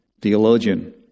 theologian